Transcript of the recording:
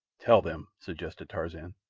tell them, suggested tarzan,